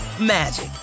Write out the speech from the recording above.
magic